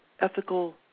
ethical